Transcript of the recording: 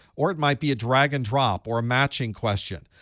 or it might be a drag and drop, or a matching question.